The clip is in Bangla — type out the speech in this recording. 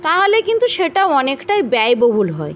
তাহলে কিন্তু সেটা অনেকটাই ব্যয়বহুল হয়